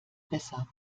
besser